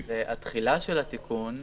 התחילה של התיקון,